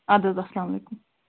اَدٕ حظ اَسلام علیکُم